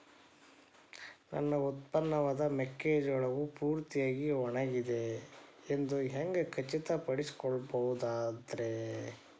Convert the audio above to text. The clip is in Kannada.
ನನ್ನ ಉತ್ಪನ್ನವಾದ ಮೆಕ್ಕೆಜೋಳವು ಪೂರ್ತಿಯಾಗಿ ಒಣಗಿದೆ ಎಂದು ಹ್ಯಾಂಗ ಖಚಿತ ಪಡಿಸಿಕೊಳ್ಳಬಹುದರೇ?